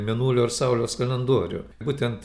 mėnulio ir saulės kalendorių būtent